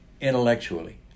intellectually